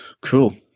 Cool